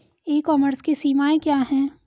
ई commerce की सीमाएं क्या हैं?